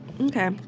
okay